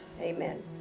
Amen